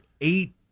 eight